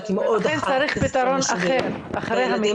מאוד --- לכן צריך פתרון אחר אחרי המקלט.